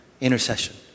Intercession